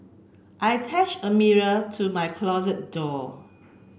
I attach a mirror to my closet door